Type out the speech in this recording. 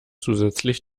zusätzlich